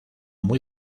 muy